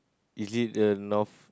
is it the north